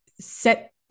set